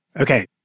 Okay